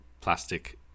plastic